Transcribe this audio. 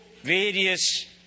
various